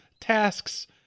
tasks